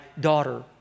daughter